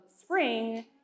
spring